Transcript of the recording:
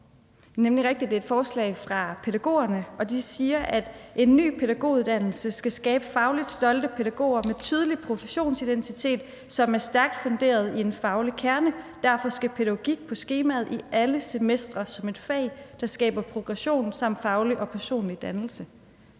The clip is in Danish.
Det er nemlig rigtigt, at det er et forslag fra pædagogerne, og de siger: »En ny pædagoguddannelse skal skabe fagligt stolte pædagoger med tydelig professionsidentitet, som er stærkt funderet i en faglig kerne. Derfor skal pædagogik på skemaet i alle semestre som et fag, der skaber progression samt faglig og personlig dannelse.«